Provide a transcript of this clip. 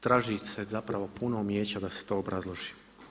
Traži se zapravo puno umijeća da se to obrazloži.